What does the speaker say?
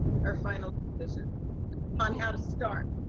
our final decision on how to start.